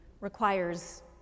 requires